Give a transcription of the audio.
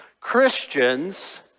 christians